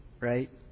right